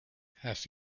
have